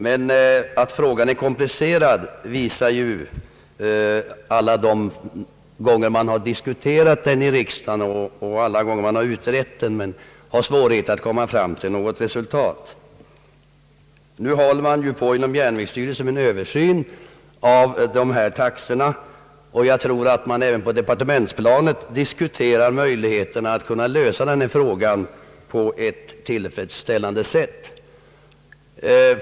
Men att frågan är komplicerad visar ju alla diskussioner som förts om den i riksdagen och alla utredningar som har haft svårigheter att komma fram till något resultat. Nu håller man ju inom järnvägsstyrelsen på med en översyn av dessa taxor, och jag tror att man även på departementsplanet diskuterar möjligheterna att lösa frågan på ett tillfredsställande sätt.